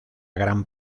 gran